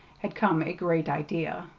had come a great idea.